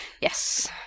Yes